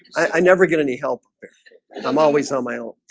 i never get any help and i'm always on my own.